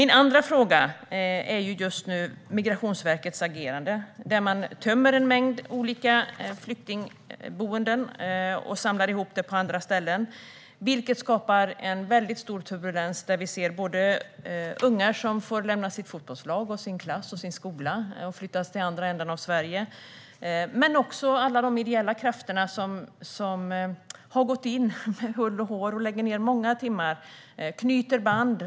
Min andra fråga handlar om Migrationsverkets agerande. Man tömmer en mängd olika flyktingboenden och samlar ihop människor på andra ställen. Det skapar en mycket stor turbulens. Vi ser ungar som får lämna sitt fotbollslag, sin klass och sin skola och flytta till andra änden av Sverige. Vi ser även de ideella krafter som med hull och hår har gått in och lagt ned många timmar på att knyta band.